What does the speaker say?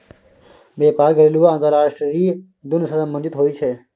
बेपार घरेलू आ अंतरराष्ट्रीय दुनु सँ संबंधित होइ छै